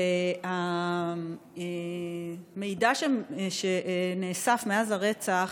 והמידע שנאסף מאז הרצח